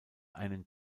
einen